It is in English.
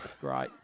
great